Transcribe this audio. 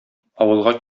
авылга